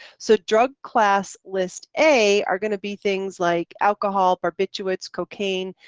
so drug class list a are going to be things like alcohol, barbiturates, cocaine,